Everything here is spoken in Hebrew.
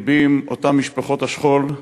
לבי עם אותן משפחות השכול,